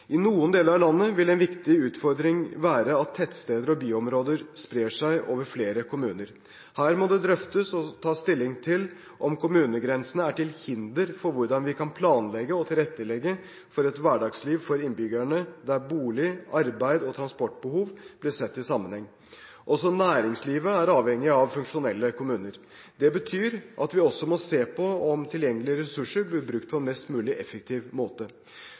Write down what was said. I noen deler av landet vil en viktig utfordring være at tettsteder og byområder sprer seg over flere kommuner. Her må det drøftes og tas stilling til om kommunegrensene er til hinder for hvordan vi kan planlegge og tilrettelegge for et hverdagsliv for innbyggerne der bolig, arbeid og transportbehov blir sett i sammenheng. Også næringslivet er avhengig av funksjonelle kommuner. Det betyr at vi også må se på om tilgjengelige ressurser blir brukt på en mest mulig effektiv måte.